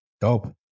Dope